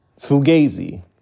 fugazi